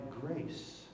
grace